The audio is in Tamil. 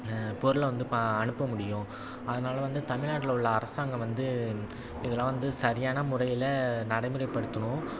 பொருளை வந்து பா அனுப்ப முடியும் அதனால வந்து தமிழ்நாட்ல உள்ள அரசாங்கம் வந்து இதெலாம் வந்து சரியான முறையில் நடைமுறைப்படுத்தணும்